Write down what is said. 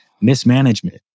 mismanagement